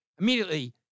Immediately